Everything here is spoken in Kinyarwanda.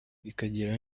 bikagira